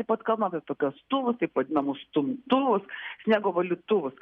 taip pat kalbam apie kastuvus taip vadinamus stumtuvus sniego valytuvus